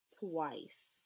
twice